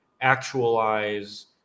actualize